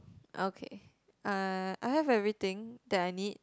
okay uh I have everything that I need